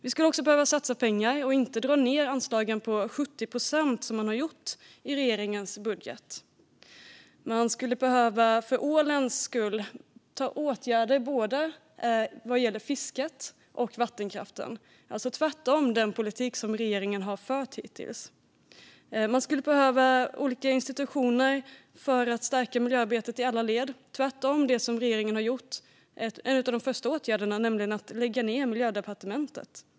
Vi skulle också behöva satsa pengar och inte dra ned anslagen med 70 procent, som man har gjort i regeringens budget. Man skulle för ålens skull behöva vidta åtgärder vad gäller både fisket och vattenkraften - alltså tvärtemot den politik som regeringen har fört hittills. Man skulle behöva olika institutioner för att stärka miljöarbetet i alla led - tvärtemot en av regeringens första åtgärder, nämligen att lägga ned Miljödepartementet.